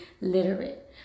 literate